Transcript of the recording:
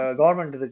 government